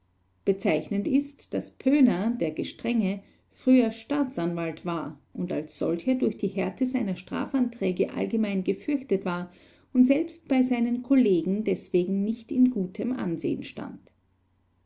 bezeichnend ist daß pöhner der gestrenge früher staatsanwalt war und als solcher durch die härte seiner strafanträge allgemein gefürchtet war und selbst bei seinen kollegen deswegen nicht in gutem ansehen stand